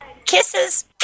Kisses